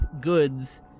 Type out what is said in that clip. goods